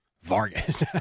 Vargas